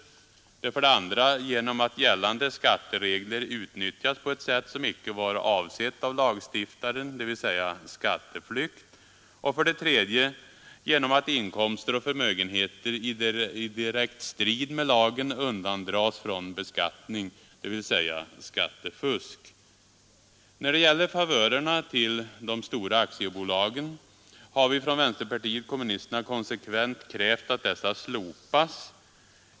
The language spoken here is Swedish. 2. Genom att gällande skatteregler utnyttjas på ett sätt som icke var avsett av lagstiftaren, dvs. skatteflykt. 3. Genom att inkomster och förmögenheter i direkt strid med lagen undandrages från beskattning, dvs. skattefusk. När det gäller favörerna till de stora aktiebolagen har vi från vänsterpartiet kommunisterna konsekvent krävt att dessa slopas.